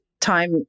time